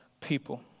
people